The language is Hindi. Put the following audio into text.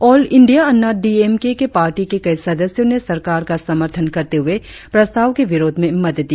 आल India Anna DMK party के कई सदस्यों ने सरकार का समर्थन करते हुए प्रस्ताव के विरोध में मत दिया